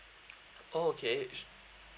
oh okay su~